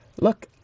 look